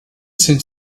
sind